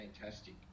fantastic